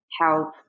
help